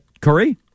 Curry